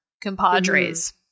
compadres